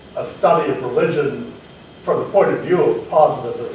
a study of religion from the point of view of possibly